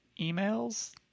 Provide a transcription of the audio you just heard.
emails